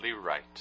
right